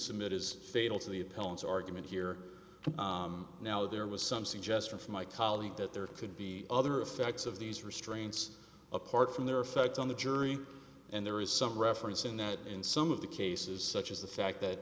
submit is fatal to the appellant's argument here now there was some suggestion from my colleague that there could be other effects of these restraints apart from their effect on the jury and there is some reference in that in some of the cases such as the fact that